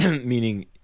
meaning